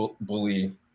bully